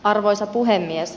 arvoisa puhemies